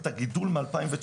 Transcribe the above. את הגידול מ-2019.